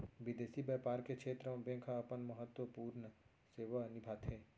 बिंदेसी बैपार के छेत्र म बेंक ह अपन महत्वपूर्न सेवा निभाथे